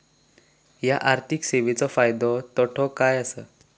हया आर्थिक सेवेंचो फायदो तोटो काय आसा?